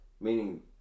Meaning